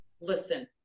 listen